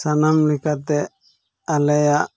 ᱥᱟᱱᱟᱢ ᱞᱮᱠᱟᱛᱮ ᱟᱞᱮᱭᱟᱜ